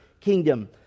kingdom